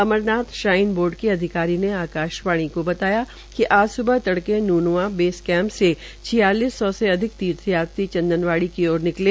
Amarnath shrine board के अधिकारी ने आकाशवाणी को बताया कि आज स्बह तड़के नूनवां बेस कैंप से छियालिस सौ से अधिक तीर्थ यात्री चंदनवाड़ी की ओर निकले